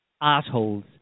assholes